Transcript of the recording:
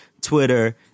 twitter